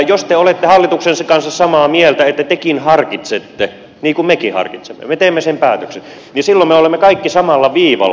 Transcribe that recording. jos te olette hallituksen kanssa samaa mieltä että tekin harkitsette niin kuin mekin harkitsemme me teemme sen päätöksen niin silloin me olemme kaikki samalla viivalla